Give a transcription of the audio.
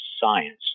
science